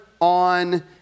on